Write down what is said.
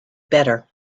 better